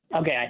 Okay